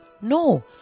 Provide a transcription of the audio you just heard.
No